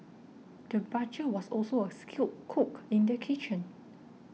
the butcher was also a skilled cook in the kitchen